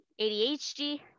ADHD